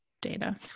data